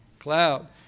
Cloud